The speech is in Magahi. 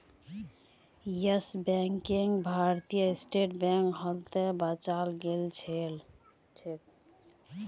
यस बैंकक भारतीय स्टेट बैंक हालते बचाल गेलछेक